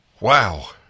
Wow